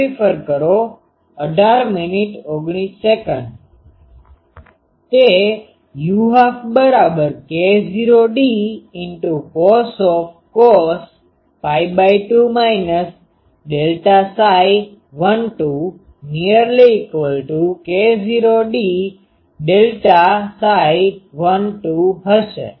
તે u12K૦d cos 2 12K૦d 12 હશે